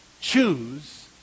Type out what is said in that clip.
choose